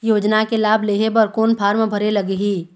योजना के लाभ लेहे बर कोन फार्म भरे लगही?